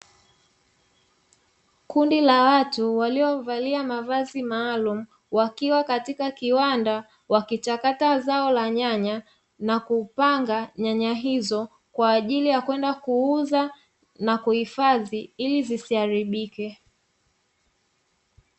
Kundi la watu waliovalia mavazi maalumu, wakiwa katika kiwanda wakichakata zao la nyanya, na kupanga nyanya hizo kwa ajili ya kwenda kuuza na kuhifadhi ili zisiharibike.